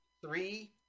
Three